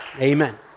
Amen